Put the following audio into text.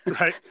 right